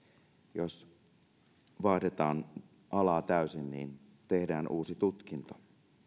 jos vaihdetaan alaa täysin tehdään uusi tutkinto